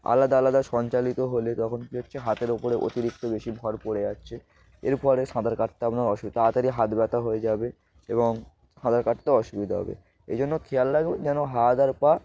আলাদা আলাদা সঞ্চালিত হলে তখন কী হচ্ছে হাতের ওপরে অতিরিক্ত বেশি ভর পড়ে যাচ্ছে এরপরে সাঁতার কাটতে আপনার অসুবিধা তাড়াতাড়ি হাত ব্যথা হয়ে যাবে এবং সাঁতার কাটতেও অসুবিধা হবে এই জন্য খেয়াল রাখব যেন হাত আর পা